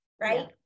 right